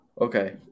Okay